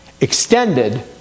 extended